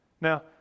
Now